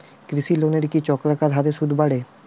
কৃষি লোনের কি চক্রাকার হারে সুদ বাড়ে?